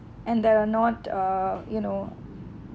and there not uh you know